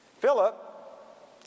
Philip